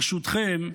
ברשותכם,